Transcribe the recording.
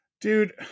Dude